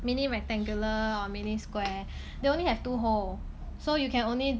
mini rectangular or mini square they only have two hole so you can only